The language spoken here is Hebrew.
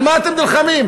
על מה אתם נלחמים?